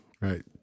Right